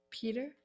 Peter